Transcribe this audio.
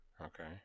Okay